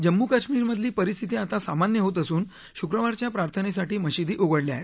जम्मू कश्मीरमधली परिस्थिती आता सामान्य होत असून शुक्रवारच्या प्रार्थनेसाठी मशिदी उघडल्या आहेत